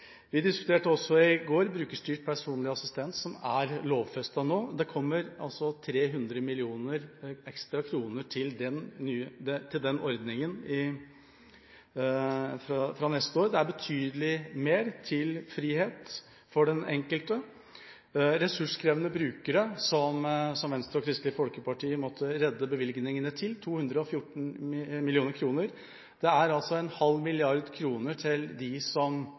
Vi diskuterte også i går brukerstyrt personlig assistent, som nå er lovfestet. Det kommer 300 mill. kr ekstra til den ordningen fra neste år. Det er betydelig mer til frihet for den enkelte. Ressurskrevende brukere måtte Venstre og Kristelig Folkeparti redde bevilgningene til – 214 mill. kr. Det er en halv milliard kroner til dem som